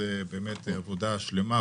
זו באמת עבודה שלמה,